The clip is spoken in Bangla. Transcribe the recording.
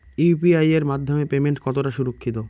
ইউ.পি.আই এর মাধ্যমে পেমেন্ট কতটা সুরক্ষিত?